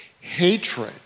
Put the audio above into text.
Hatred